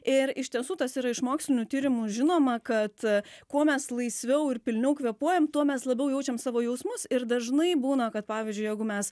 ir iš tiesų tas yra iš mokslinių tyrimų žinoma kad kuo mes laisviau ir pilniau kvėpuojam tuo mes labiau jaučiam savo jausmus ir dažnai būna kad pavyzdžiui jeigu mes